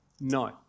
no